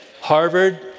Harvard